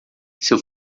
seu